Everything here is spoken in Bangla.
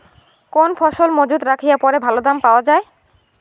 কোন ফসল মুজুত রাখিয়া পরে ভালো দাম পাওয়া যায়?